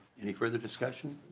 any further discussion?